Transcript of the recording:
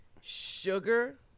sugar